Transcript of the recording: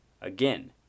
Again